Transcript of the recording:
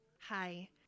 Hi